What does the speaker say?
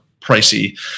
pricey